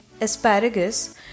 asparagus